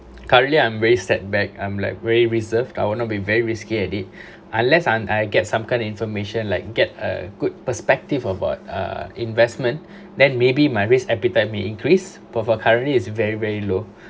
currently I'm very setback I'm like very reserved I will not be very risky at it unless I get some kind of information like get a good perspective about uh investment then maybe my risk appetite may increase but for currently it's very very low